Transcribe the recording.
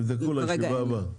תבדקו לישיבה הבאה.